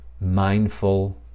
mindful